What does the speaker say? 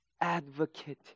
advocate